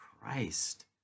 Christ